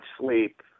sleep